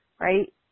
right